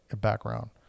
background